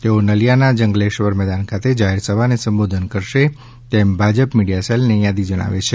તેઓ નલિયાના જંગલેશ્વર મેદાન ખાતે જાહેર સભાને સંબોધન કરશે તેમ ભાજપ મીડિયા સેલની યાદી જણાવે છે